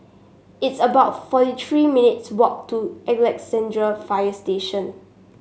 it's about forty three minutes' walk to Alexandra Fire Station